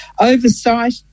oversight